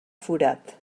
forat